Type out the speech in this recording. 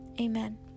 Amen